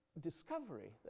discovery